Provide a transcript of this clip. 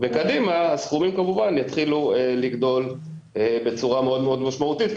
וקדימה הסכומים כמובן יתחילו לגדול בצורה מאוד מאוד משמעותית,